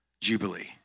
jubilee